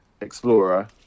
explorer